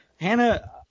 Hannah